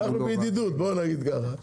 אנחנו בידידות בוא נגיד ככה,